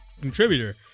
contributor